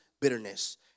bitterness